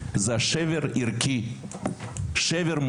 זה השבר הערכי והמוסרי.